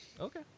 Okay